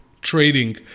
trading